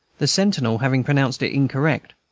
the sentinel having pronounced incorrect.